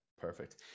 perfect